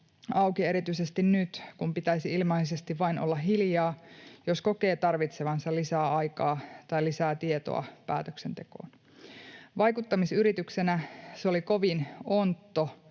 auki erityisesti nyt, kun pitäisi ilmeisesti vain olla hiljaa, jos kokee tarvitsevansa lisää aikaa tai lisää tietoa päätöksentekoon. Vaikuttamisyrityksenä se oli kovin ontto,